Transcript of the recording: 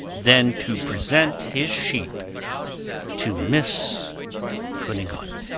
than to present his sheep to miss cunegonde.